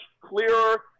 clearer